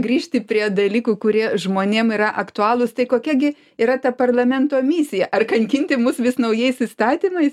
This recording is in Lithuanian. grįžti prie dalykų kurie žmonėm yra aktualūs tai kokia gi yra ta parlamento misija ar kankinti mus vis naujais įstatymais